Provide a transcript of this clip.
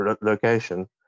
location